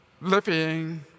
living